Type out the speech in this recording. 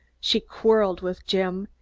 she quarreled with jim,